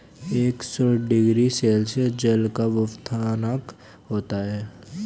एक सौ degree Celsius जल का क्वथनांक होता है